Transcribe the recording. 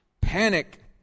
panic